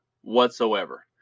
whatsoever